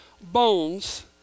bones